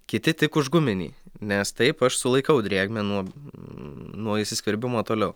kiti tik už guminį nes taip aš sulaikau drėgmę nuo nuo įsiskverbimo toliau